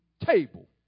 table